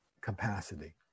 capacity